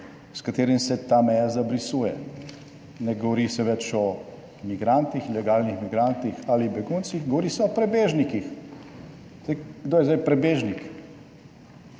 s katerim se ta meja zabrisuje. Ne govori se več o migrantih, ilegalnih migrantih ali beguncih, govori se o prebežnikih. Kdo je zdaj prebežnik?